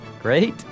Great